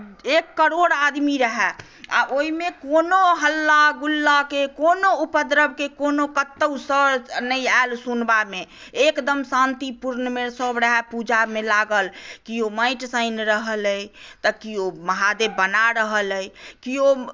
एक करोड़ आदमी रहय आ ओहिमे कोनो हल्ला गुल्लाके कोनो उपद्रवके कोनो कतहुसँ नहि आयल सुनबामे एकदम शान्तिपूर्णमे सभरहय पूजामे लागल केयो माटि सानि रहल अइ तऽ केयो महादेव बना रहल अइ केयो